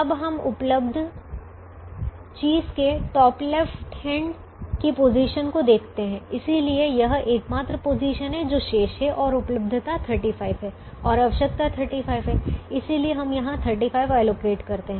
अब हम उपलब्ध चीज़ के टॉप लेफ्ट हैण्ड की पोजीशन को देखते हैं इसलिए यह एकमात्र पोजीशन है जो शेष है और उपलब्धता 35 है और आवश्यकता 35 है इसलिए हम यहाँ 35 आवंटित करते हैं